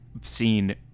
seen